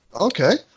Okay